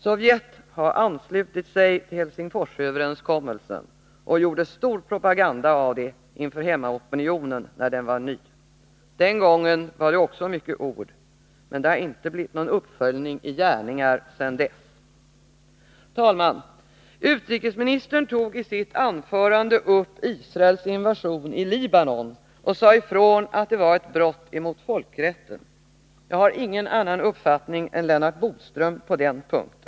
Sovjet har anslutit sig till Helsingforsöverenskommelsen och gjorde när den var ny stor propaganda av det inför hemmaopinionen. Den gången var det också många ord, men det har inte blivit någon uppföljning i gärningar sedan dess. Herr talman! Utrikesministern tog i sitt anförande upp Israels invasion i Libanon och sade ifrån att den var ett brott mot folkrätten. Jag har ingen annan uppfattning än Lennart Bodström på den punkten.